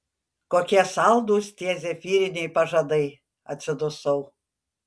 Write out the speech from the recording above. kokie saldūs tie zefyriniai pažadai atsidusau